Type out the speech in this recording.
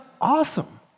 awesome